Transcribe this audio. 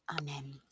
Amen